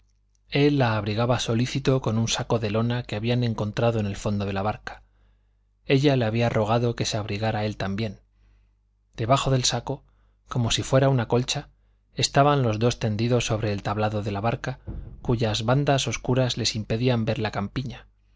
él la abrigaba solícito con un saco de lona que habían encontrado en el fondo de la barca ella le había rogado que se abrigara él también debajo del saco como si fuera una colcha estaban los dos tendidos sobre el tablado de la barca cuyas bandas obscuras les impedían ver la campiña